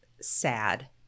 sad